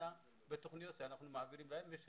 אלא בתוכניות שאנחנו מעבירים להם ויש